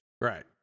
Right